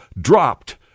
dropped